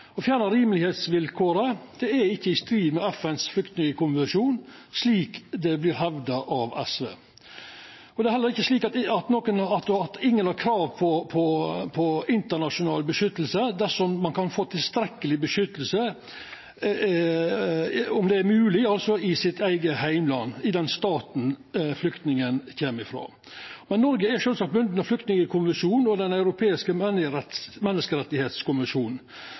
er ikkje i strid med FNs flyktningkonvensjon, slik det vert hevda av SV. Det er slik at ingen har krav på internasjonal beskyttelse dersom ein kan få tilstrekkeleg beskyttelse – om det er mogleg – i eit område i sitt eige heimland, i den staten flyktningen kjem frå. Noreg er sjølvsagt bunden av flyktningkonvensjonen og Den europeiske